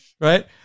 right